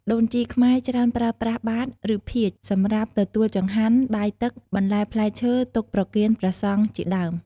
ដូនជីខ្មែរច្រើនប្រើប្រាស់បាត្រឬភាជន៍សម្រាប់ទទួលចង្ហាន់ បាយទឹក បន្លែផ្លែឈើទុកប្រកេនព្រះសង្ឍជាដើម។